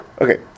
Okay